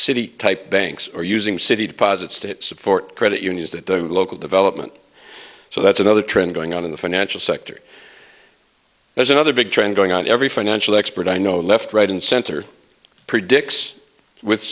city type banks or using city deposits to support credit unions that their local development so that's another trend going on in the financial sector there's another big trend going on every financial expert i know left right and center predicts with